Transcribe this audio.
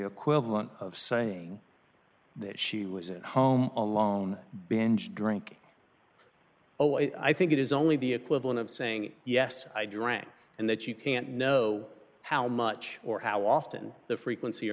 equivalent of saying that she was at home alone binge drinking oh i think it is only the equivalent of saying yes i drank and that you can't know how much or how often the frequency or